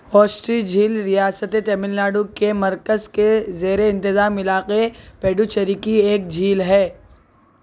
ہوسٹی جھیل ریاست تمل ناڈو کے مرکز کے زیر انتظام علاقے پڈوچیری کی ایک جھیل ہے